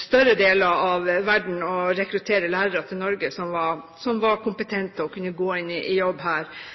andre deler av verden, og at man derfra kan rekruttere kompetente lærere til Norge som kan gå inn i jobb her. Man kan jo tenke seg at man som et ledd i